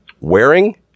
wearing